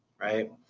Right